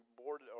board